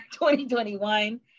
2021